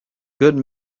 good